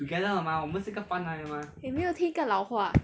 有没有听一个老话